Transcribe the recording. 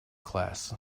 class